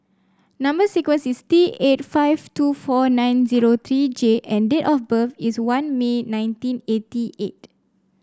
number sequence is T eight five two four nine zero three J and date of birth is one May nineteen eighty eight